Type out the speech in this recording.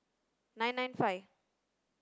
nine nine five